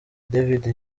david